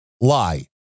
lie